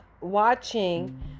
watching